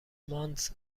مانتس